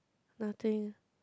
nothing